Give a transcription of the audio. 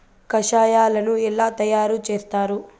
కషాయాలను ఎలా తయారు చేస్తారు?